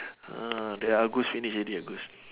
uh their goose finish already uh goose